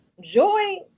Joy